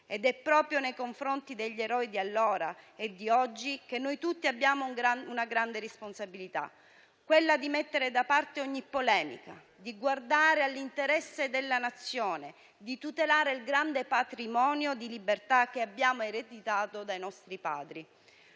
È proprio nei confronti degli eroi di allora e di oggi che noi tutti abbiamo una grande responsabilità: quella di mettere da parte ogni polemica, di guardare all'interesse della Nazione, di tutelare il grande patrimonio di libertà che abbiamo ereditato dai nostri padri.